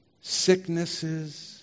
sicknesses